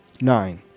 nine